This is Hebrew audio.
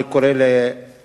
אני קורא לממשלה,